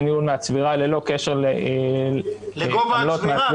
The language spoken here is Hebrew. ניהול מהצבירה ללא קשר ל --- לגובה הצבירה?